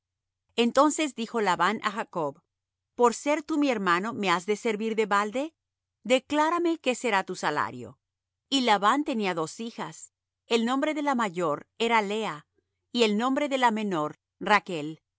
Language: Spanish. entonces dijo labán á jacob por ser tú mi hermano me has de servir de balde declárame qué será tu salario y labán tenía dos hijas el nombre de la mayor era lea y el nombre de la menor rachl